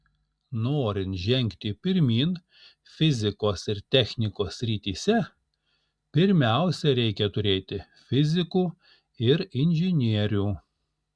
norint žengti pirmyn fizikos ir technikos srityse pirmiausia reikia turėti fizikų ir inžinierių